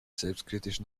selbstkritisch